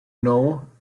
know